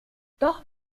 doch